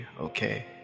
okay